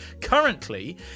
Currently